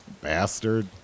bastard